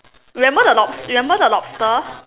remember the lobs~ remember the lobster